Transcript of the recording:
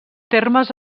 termes